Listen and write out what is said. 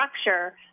structure